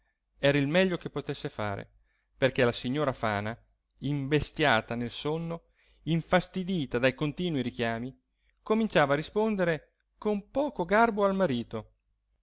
era il meglio che potesse fare perché la signora fana imbestiata nel sonno infastidita dai continui richiami cominciava a rispondere con poco garbo al marito